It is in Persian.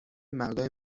مردای